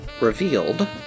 Revealed